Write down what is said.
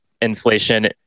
inflation